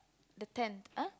the tent !huh!